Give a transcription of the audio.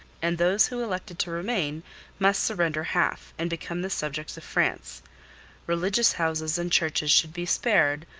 and those who elected to remain must surrender half, and become the subjects of france religious houses and churches should be spared,